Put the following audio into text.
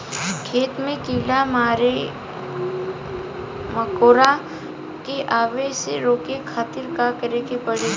खेत मे कीड़ा मकोरा के आवे से रोके खातिर का करे के पड़ी?